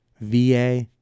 VA